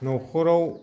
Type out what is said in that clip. न'खराव